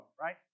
right